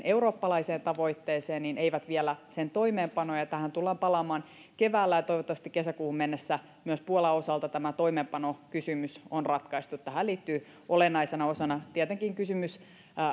eurooppalaiseen tavoitteeseen niin eivät vielä sen toimeenpanoon tähän tullaan palaamaan keväällä ja toivottavasti kesäkuuhun mennessä myös puolan osalta tämä toimeenpanokysymys on ratkaistu tähän liittyy olennaisena osana tietenkin kysymys